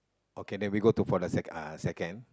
okay then we go to for the second uh second